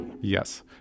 yes